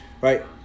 right